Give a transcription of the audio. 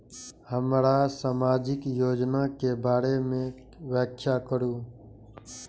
हमरा सामाजिक योजना के बारे में व्याख्या करु?